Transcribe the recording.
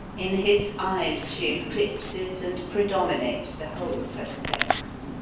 in his eyes she eclipses and predominates the whole of her sex.